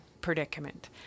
predicament